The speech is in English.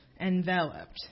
Enveloped